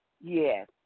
Yes